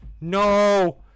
No